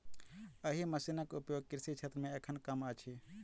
एहि मशीनक उपयोग कृषि क्षेत्र मे एखन कम अछि